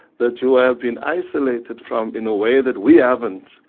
that you have been isolated from in a way, that we haven't.